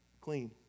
clean